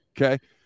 Okay